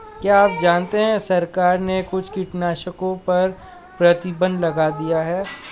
क्या आप जानते है सरकार ने कुछ कीटनाशकों पर प्रतिबंध लगा दिया है?